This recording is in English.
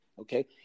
Okay